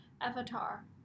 Avatar